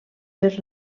per